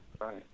Right